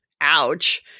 ouch